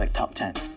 like top ten.